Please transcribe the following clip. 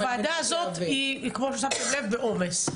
הוועדה הזאת, כמו ששמתם לב, היא בעומס.